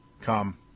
Come